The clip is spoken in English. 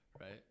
Right